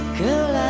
girl